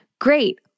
Great